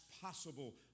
possible